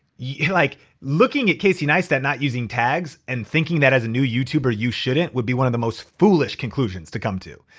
yeah like looking at casey neistat not using tags and thinking that as a new youtube you shouldn't would be one of the most foolish conclusions to come to.